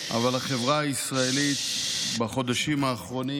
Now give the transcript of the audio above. אבל החברה הישראלית בחודשים האחרונים